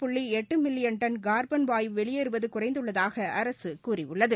புள்ளிஎட்டுமில்லியன் இதனால் முன்று ton carbon வாயு வெளியேறுவதுகுறைந்துள்ளதாக அரசுகூறியுள்ளது